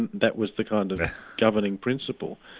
and that was the kind of governing principle.